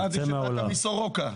הבנתי שבאת מסורוקה.